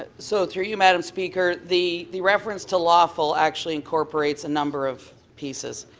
and so through you madam speaker, the the reference to lawful actually incorporated a number of pieces.